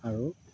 আৰু